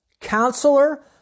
Counselor